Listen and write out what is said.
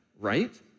right